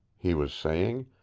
he was saying,